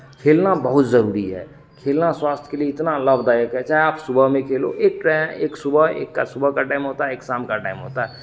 खेलना बहुत ज़रूरी है खेलना स्वास्थ्य के लिए इतना लाभदायक है चाहे आप सुबह में खेलो एक टा एक सुबह एक का सुबह का टाइम होता है एक शाम का टाइम होता है